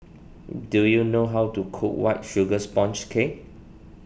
do you know how to cook White Sugar Sponge Cake